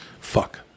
Fuck